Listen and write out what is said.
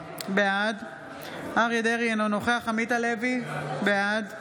בעד אריה מכלוף דרעי, אינו נוכח עמית הלוי, בעד